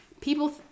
people